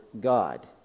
God